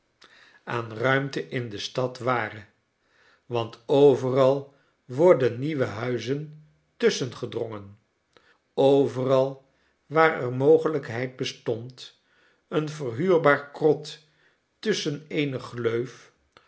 aan ruimte in de stad ware want overal worden nieuwe huizen tusschen gedrongen overal waar er mogelijkheid bestond een verhuurbaar krot tusschen eene